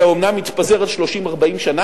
זה אומנם מתפזר על 30 40 שנה,